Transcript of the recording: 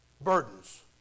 burdens